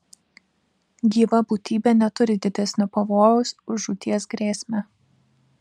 gyva būtybė neturi didesnio pavojaus už žūties grėsmę